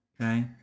okay